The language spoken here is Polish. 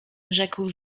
rzekł